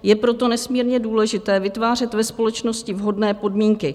Je proto nesmírně důležité vytvářet ve společnosti vhodné podmínky.